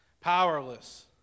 powerless